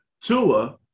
Tua